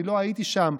אני לא הייתי שם,